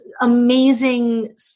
amazing